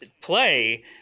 play